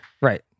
Right